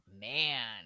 man